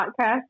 podcast